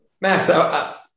Max